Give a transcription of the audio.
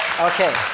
Okay